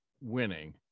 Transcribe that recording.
winning